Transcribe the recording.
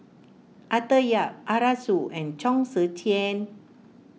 Arthur Yap Arasu and Chong Tze Chien